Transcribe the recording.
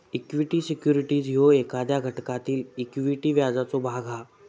equity securities ह्यो एखाद्या घटकातील इक्विटी व्याजाचो भाग हा